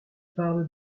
parle